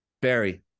Barry